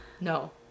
no